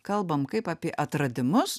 kalbam kaip apie atradimus